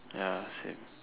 ya same